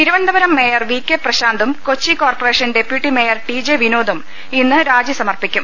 Thiruvananthapuram mayor V K പ്രശാന്തും Kochi corporation deputy mayor T J വിനോദും ഇന്ന് രാജി സമർപ്പിക്കും